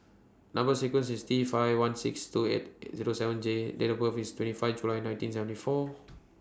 Number sequence IS T five one six two eight Zero seven J and Date of birth IS twenty five July nineteen seventy four